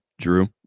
Drew